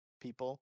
people